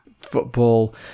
football